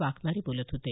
वाघमारे बोलत होते